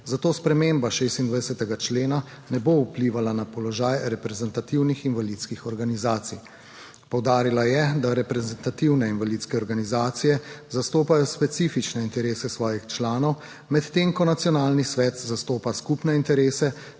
zato sprememba 26. člena ne bo vplivala na položaj reprezentativnih invalidskih organizacij. Poudarila je, da reprezentativne invalidske organizacije zastopajo specifične interese svojih članov, medtem ko nacionalni svet zastopa skupne interese